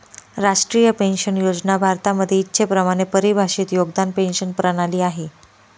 राष्ट्रीय पेन्शन योजना भारतामध्ये इच्छेप्रमाणे परिभाषित योगदान पेंशन प्रणाली आहे